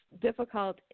difficult